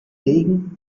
regen